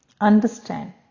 Understand